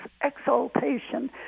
exaltation